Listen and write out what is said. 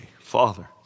Father